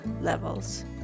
levels